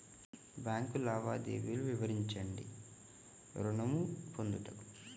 Bank లావాదేవీలు వివరించండి ఋణము పొందుటకు?